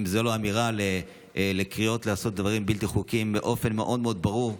אם זו לא אמירה לקריאות לעשות דברים בלתי חוקיים באופן מאוד מאוד ברור,